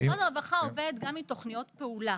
משרד הרווחה עובד גם עם תוכניות פעולה.